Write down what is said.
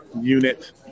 unit